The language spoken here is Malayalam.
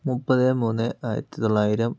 മുപ്പത് മൂന്ന് ആയിരത്തിത്തൊള്ളായിരം